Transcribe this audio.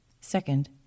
Second